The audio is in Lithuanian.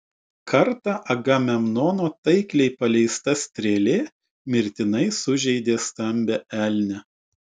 kartą agamemnono taikliai paleista strėlė mirtinai sužeidė stambią elnę